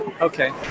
Okay